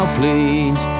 please